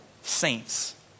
saints